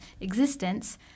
existence